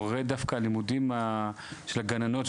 יורד דווקא לימודים של הגננות,